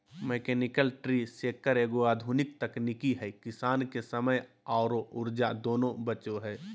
mechanical tree shaker एगो आधुनिक तकनीक है किसान के समय आरो ऊर्जा दोनों बचो हय